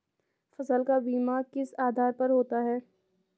फसल का बीमा किस आधार पर होता है?